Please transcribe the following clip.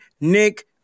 Nick